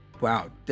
Wow